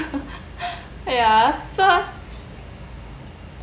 ya so